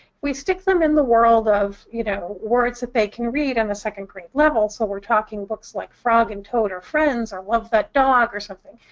we stick them in the world of, you know, words that they can read at and a second grade level. so we're talking books like, frog and toad are friends, or love that dog, or something.